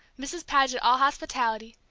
mrs. paget all hospitality,